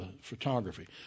photography